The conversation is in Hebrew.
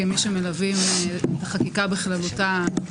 כמי שמלווים את החקיקה בכללותה,